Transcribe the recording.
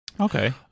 Okay